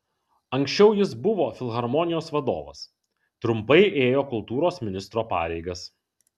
anksčiau jis buvo filharmonijos vadovas trumpai ėjo kultūros ministro pareigas